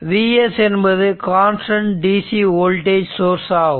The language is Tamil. Vs என்பது கான்ஸ்டன்ட் DC வோல்டேஜ் சோர்ஸ் ஆகும்